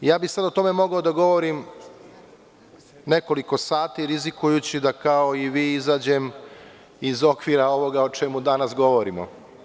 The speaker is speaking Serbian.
Sada bih o tome mogao da govorim nekoliko sati, rizikujući da, kao i vi, izađem iz okvira ovoga o čemu danas razgovaramo.